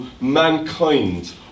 mankind